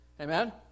Amen